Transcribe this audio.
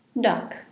duck